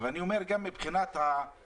אני אומר גם מבחינת ההלוואות,